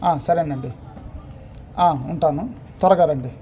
సరేనండి ఉంటాను త్వరగా రండి